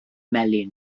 melyn